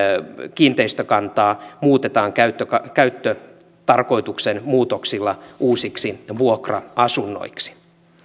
kiinteistökantaa muutetaan käyttötarkoituksen muutoksilla uusiksi vuokra asunnoiksi